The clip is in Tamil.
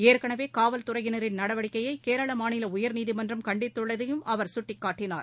ஏற்கனவே காவல் துறையினரின் நடவடிக்கையை கேரள மாநில உயர்நீதிமன்றம் கண்டித்துள்ளதையும் அவர் சுட்டிக்காட்டினார்